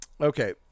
Okay